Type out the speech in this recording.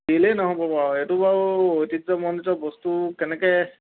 কেলেই নহ'ব বাৰু এইটো বাৰু ঐতিহ্য মন্দিৰত বস্তু কেনেকৈ